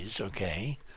okay